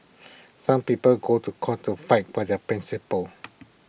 some people go to court to fight for their principles